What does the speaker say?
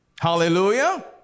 Hallelujah